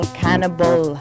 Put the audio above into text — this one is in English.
cannibal